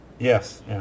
Yes